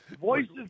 voices